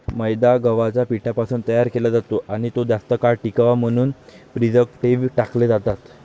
मैदा गव्हाच्या पिठापासून तयार केला जातो आणि तो जास्त काळ टिकावा म्हणून प्रिझर्व्हेटिव्ह टाकले जातात